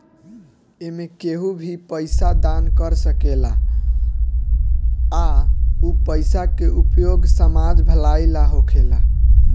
एमें केहू भी पइसा दान कर सकेला आ उ पइसा के उपयोग समाज भलाई ला होखेला